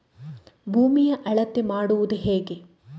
ಭೂಮಿಯ ಅಳತೆ ಮಾಡುವುದು ಹೇಗೆ?